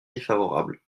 défavorable